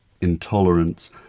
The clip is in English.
intolerance